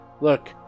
Look